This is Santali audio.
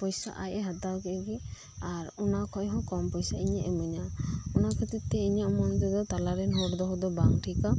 ᱯᱚᱭᱥᱟ ᱟᱡ ᱮ ᱦᱟᱛᱟᱣ ᱠᱮᱫᱜᱤ ᱟᱨ ᱚᱱᱟᱠᱷᱚᱡ ᱦᱚᱸ ᱠᱚᱢ ᱯᱚᱭᱥᱟ ᱤᱧᱮ ᱤᱢᱟᱹᱧᱟ ᱚᱱᱟ ᱠᱷᱟᱹᱛᱤᱨ ᱛᱮ ᱤᱧᱟᱹᱜ ᱢᱚᱱᱮᱨᱮ ᱛᱟᱞᱟᱨᱮᱱᱦᱚᱲ ᱫᱚᱦᱚ ᱫᱚ ᱵᱟᱝ ᱴᱷᱤᱠᱟ